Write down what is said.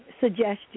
suggestion